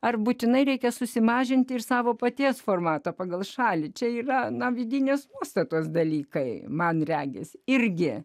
ar būtinai reikia susimažinti ir savo paties formatą pagal šalį čia yra na vidinės nuostatos dalykai man regis irgi